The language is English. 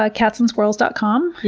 ah catsandsquirrels dot com.